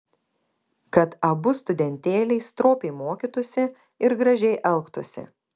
kad abu studentėliai stropiai mokytųsi ir gražiai elgtųsi